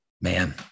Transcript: man